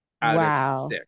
Wow